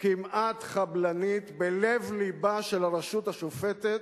כמעט חבלנית, בלב לבה של הרשות השופטת,